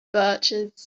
birches